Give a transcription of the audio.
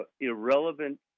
irrelevant